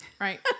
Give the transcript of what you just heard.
Right